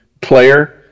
player